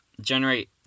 generate